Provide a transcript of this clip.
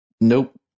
Nope